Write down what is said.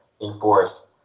enforce